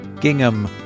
gingham